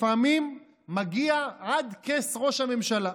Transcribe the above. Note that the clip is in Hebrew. לפעמים מגיע עד כס ראש הממשלה.